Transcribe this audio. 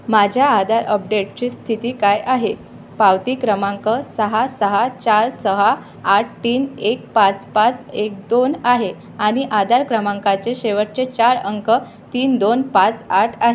माझ्या आधार अपडेटची स्थिती काय आहे पावती क्रमांक सहा सहा चार सहा आठ तीन एक पाच पाच एक दोन आहे आणि आधार क्रमांकाचे शेवटचे चार अंक तीन दोन पाच आठ आहे